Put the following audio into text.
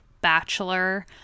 bachelor